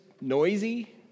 noisy